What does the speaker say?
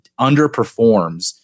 underperforms